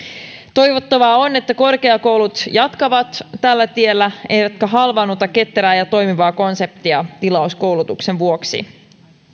toivottavaa on että korkeakoulut jatkavat tällä tiellä eivätkä halvaannuta ketterää ja toimivaa konseptia tilauskoulutuksen vuoksi